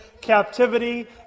captivity